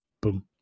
boom